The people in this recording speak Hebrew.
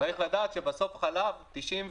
צריכים לדעת שחלב זה 98% מים.